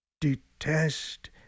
detest